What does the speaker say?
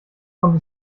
kommt